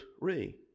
re